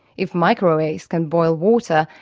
if microwaves can boil water,